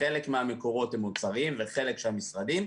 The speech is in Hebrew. חלק מהמקורות הם מוצרים וחלק של משרדים,